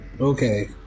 Okay